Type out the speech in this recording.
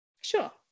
Sure